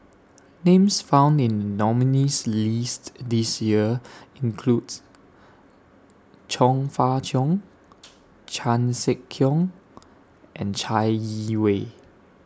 Names found in The nominees' list This Year include Chong Fah Cheong Chan Sek Keong and Chai Yee Wei